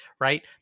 right